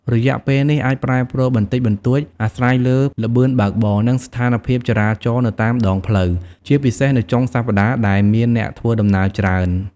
រយៈពេលនេះអាចប្រែប្រួលបន្តិចបន្តួចអាស្រ័យលើល្បឿនបើកបរ និងស្ថានភាពចរាចរណ៍នៅតាមដងផ្លូវ ជាពិសេសនៅថ្ងៃចុងសប្តាហ៍ដែលមានអ្នកធ្វើដំណើរច្រើន។